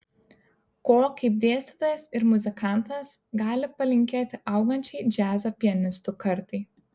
ko kaip dėstytojas ir muzikantas gali palinkėti augančiai džiazo pianistų kartai